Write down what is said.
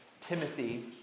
Timothy